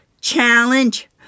challenge